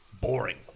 Boring